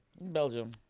Belgium